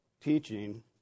teaching